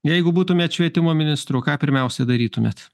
jeigu būtumėt švietimo ministru ką pirmiausia darytumėt